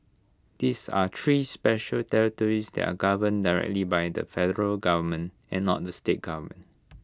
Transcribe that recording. these are three special territories that are governed directly by the federal government and not the state government